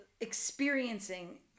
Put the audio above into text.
experiencing